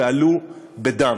ועלו בדם.